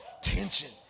Tension